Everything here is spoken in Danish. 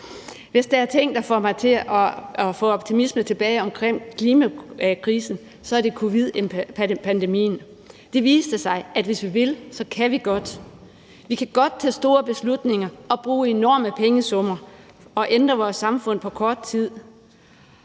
Hvis der er en ting, der får mig til at få optimismen tilbage i forhold til klimakrisen, er det covid-pandemien. Det viste sig, at hvis vi vil, kan vi godt. Vi kan godt tage store beslutninger og bruge enorme pengesummer og ændre vores samfund på kort tid,